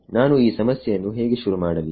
ನಾನು ಈ ಸಮಸ್ಯೆಯನ್ನು ಹೇಗೆ ಶುರುಮಾಡಲಿ